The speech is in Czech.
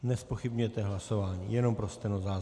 Nezpochybňujete hlasování, jenom pro stenozáznam.